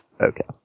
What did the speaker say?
Okay